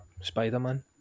Spider-Man